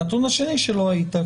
הנתון השני שלו הייתה,